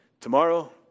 tomorrow